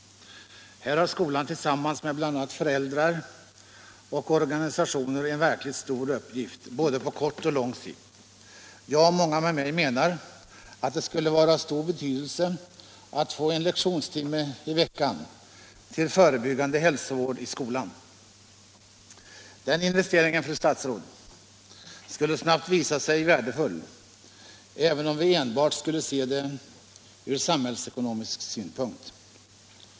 Här har skolan tillsammans med bl.a. föräldrar och organisationer en verkligt stor uppgift, både på kort och på lång sikt. Jag och många med mig anser att det skulle vara av stor betydelse att få en lektionstimme i veckan till förebyggande hälsovård i skolan. Den investeringen, fru statsråd, skulle snabbt visa sig värdefull, även om vi enbart ser det från samhällsekonomisk synpunkt.